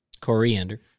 Coriander